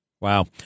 Wow